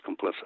complicit